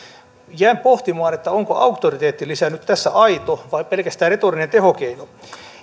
jäin pohtimaan onko auktoriteettilisä nyt tässä aito vai pelkästään retorinen tehokeino